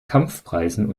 kampfpreisen